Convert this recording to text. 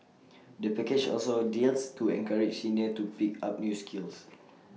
the package also has deals to encourage seniors to pick up new skills